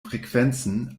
frequenzen